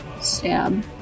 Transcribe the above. Stab